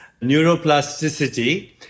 neuroplasticity